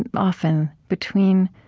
and often between,